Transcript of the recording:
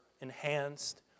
enhanced